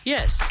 Yes